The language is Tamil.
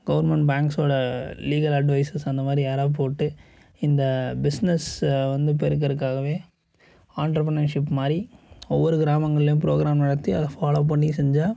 கவுர்மெண்ட் பேங்க்சோட லீகல் அட்வைஸ்சஸ் அந்த மாதிரி யாராவது போட்டு இந்த பிஸ்னஸ் வந்து பெருக்கறதுக்காகவே ஆண்டர்பிரனர்ஷிப் மாதிரி ஒவ்வொரு கிராமங்கள்லையும் ப்ரோக்ராம் நடத்தி அதை ஃபாலோ பண்ணி செஞ்சால்